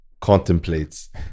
contemplates